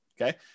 Okay